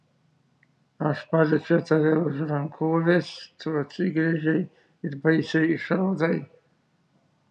aš paliečiau tave už rankovės tu atsigręžei ir baisiai išraudai